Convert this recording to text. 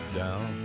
down